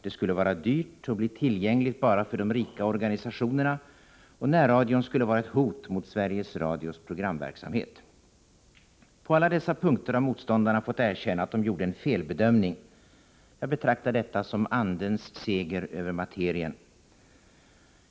Det skulle vara dyrt och bli tillgängligt bara för de rika organisationerna, och närradion skulle vara ett hot mot Sveriges Radios programverksamhet. På alla dessa punkter har motståndarna fått erkänna att de gjorde en felbedömning. Jag betraktar detta som andens seger över materien.